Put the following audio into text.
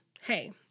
Hey